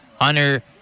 Hunter